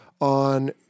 on